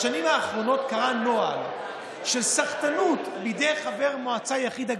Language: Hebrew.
בשנים האחרונות קרה נוהל של סחטנות בידי חבר מועצה יחיד.